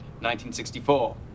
1964